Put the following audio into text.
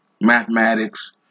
mathematics